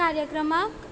कार्यक्रमाक